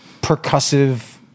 percussive